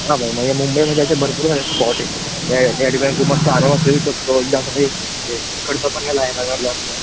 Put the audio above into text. हां भाई म्हणजे मुंबईमध्ये असे भरपूर स्पॉट आहेत भाई त्या त्या ठिकाणी तू मस्त आरामात फिरू शकतो एकदम असं हे हे खर्च पण नाही येणाार आहे जास्त